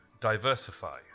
diversify